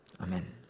Amen